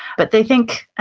but they think, ah,